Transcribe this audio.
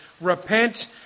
Repent